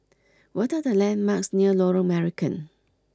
what are the landmarks near Lorong Marican